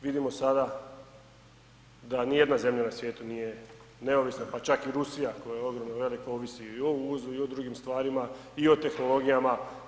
Vidimo sada da ni jedna zemlja na svijetu nije neovisna, pa čak i Rusija koja je ogromna, velika ovisi i o uvozu i o drugim stvarima, i o tehnologijama.